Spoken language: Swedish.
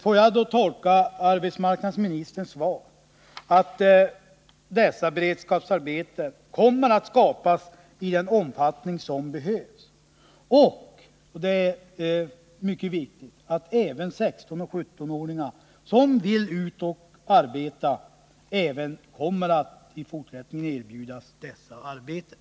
Får jag till sist tolka arbetsmarknadsministerns svar så, att sådana här beredskapsarbeten kommer att skapas i den omfattning som behövs och — det är mycket viktigt — att 16-17-åringar som vill ut och arbeta även i fortsättningen kommer att erbjudas dessa arbeten?